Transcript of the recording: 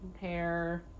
hair